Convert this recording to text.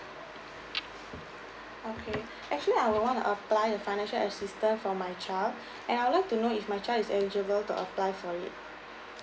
okay actually I want to apply a financial assistance for my child and I would like to know if my child is eligible to apply for it